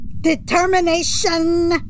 Determination